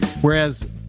Whereas